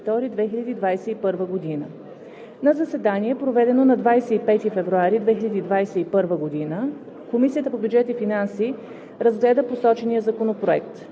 2021 г. На заседание, проведено на 25 февруари 2021 г., Комисията по бюджет и финанси разгледа посочения законопроект.